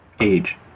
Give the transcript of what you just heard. age